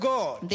God